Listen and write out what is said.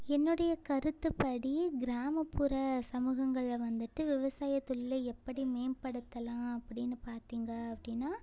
என்னுடைய கருத்துப்படி கிராமப்புற சமூகங்கள்ல வந்துட்டு விவசாய தொழிலை எப்படி மேம்படுத்தலாம் அப்படினு பார்த்திங்க அப்படினா